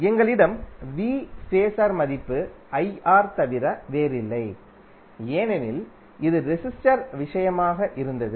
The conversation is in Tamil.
எங்களிடம் ஃபாஸர் மதிப்பு தவிர வேறில்லை ஏனெனில் இது ரெசிஸ்டர் விஷயமாக இருந்தது